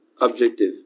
objective